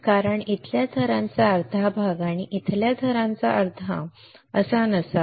कारण इथल्या थराचा अर्धा भाग आणि इथला अर्धा थर असा नसावा